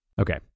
Okay